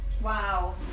Wow